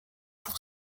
pour